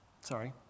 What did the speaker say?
Sorry